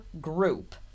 group